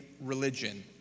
religion